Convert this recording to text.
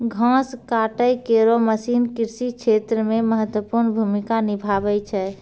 घास काटै केरो मसीन कृषि क्षेत्र मे महत्वपूर्ण भूमिका निभावै छै